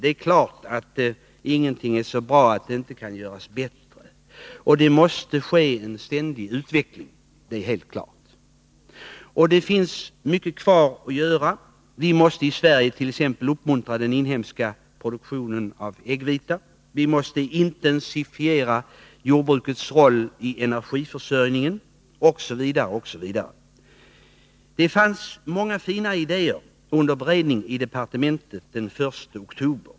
Det är klart att ingenting är så bra att det inte kan göras bättre, och det måste ske en ständig utveckling — det är alldeles givet. Det finns mycket kvar att göra. Vi måste i Sverige uppmuntra den inhemska produktionen av äggvita, vi måste intensifiera jordbrukets roll i energiförsörjningen osv. Det fanns många fina idéer under beredning i jordbruksdepartementet den 1 oktober.